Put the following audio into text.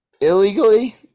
Illegally